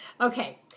Okay